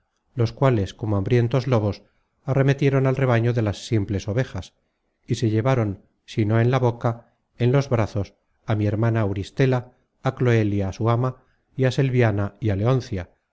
los cuales como hambrientos lobos arremetieron al rebaño de las simples ovejas y se llevaron si no en la boca en los brazos á mi hermana auristela á cloelia su ama y á selviana y